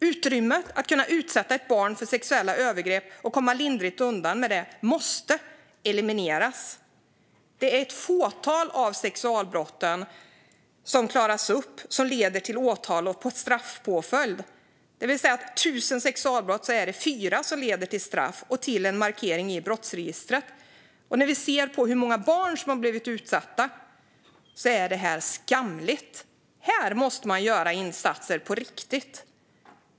Utrymmet att kunna utsätta ett barn för sexuella övergrepp och komma lindrigt undan med det måste elimineras. Det är ett fåtal av sexualbrotten som klaras upp och leder till åtal och straffpåföljd, det vill säga av 1 000 sexualbrott leder 4 till ett straff och till en markering i brottsregistret. När man ser på hur många barn som har blivit utsatta inser man att det är skamligt. Här måste man göra insatser på riktigt.